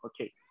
okay